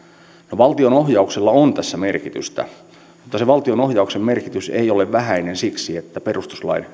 valtion ohjauksella on tässä merkitystä ja sen valtion ohjauksen merkitys ei ole vähäinen siksi että perustuslain